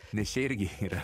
nes čia irgi yra